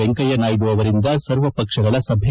ವೆಂಕಯ್ಯನಾಯ್ದು ಅವರಿಂದ ಸರ್ವಪಕ್ಷಗಳ ಸಭೆ